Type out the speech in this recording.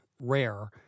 rare